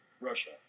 Russia